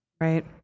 Right